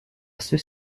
ceux